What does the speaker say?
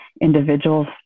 individuals